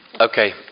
okay